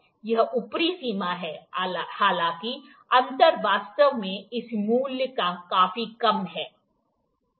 यह ऊपरी सीमा है हालांकि अंतर वास्तव में इस मूल्य से काफी कम है